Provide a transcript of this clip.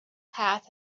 path